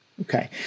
Okay